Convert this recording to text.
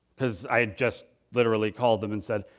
because i'd just literally called them and said,